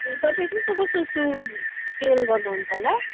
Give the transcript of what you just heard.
ए तपाईँ कस्तो कस्तो सुज सेल गर्नु हुन्छ होला